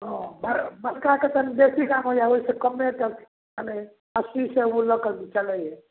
हँ बड़ बड़काके तनि बेसी दाम होइ हइ ओहिसँ कमे एकर अस्सीसँ लऽ कऽ चलै हइ